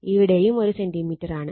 ഇവിടെയും 1 സെന്റിമീറ്ററാണ്